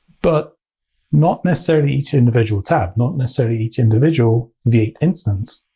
but not necessarily each individual tab, not necessarily each individual v eight instance.